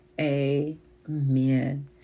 amen